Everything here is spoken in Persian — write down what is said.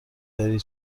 داری